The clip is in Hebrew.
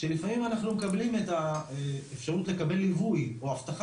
שלפעמים אנחנו מקבלים את האפשרות לקבל ליווי או אבטחה